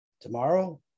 tomorrow